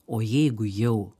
o jeigu jau